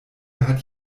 hat